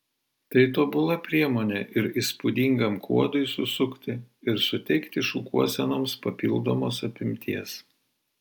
tai tobula priemonė ir įspūdingam kuodui susukti ir suteikti šukuosenoms papildomos apimties